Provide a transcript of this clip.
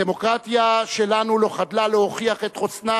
הדמוקרטיה שלנו לא חדלה להוכיח את חוסנה